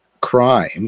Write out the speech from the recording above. crime